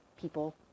people